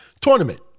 Tournament